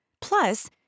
Plus